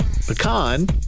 pecan